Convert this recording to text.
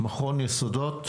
מכון יסודות,